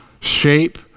shape